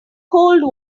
cold